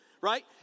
Right